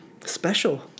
special